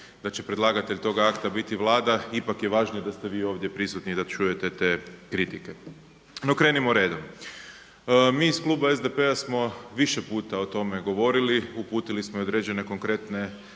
da će predlagatelj toga akta biti Vlada, ipak je važnije da ste vi ovdje prisutni i da čujete te kritike. No, krenimo redom. Mi iz Kluba SDP-a smo više puta o tome govorili. Uputili smo i određene konkretne